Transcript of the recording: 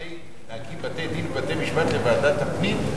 להקים בתי-דין ובתי-משפט לוועדת הפנים?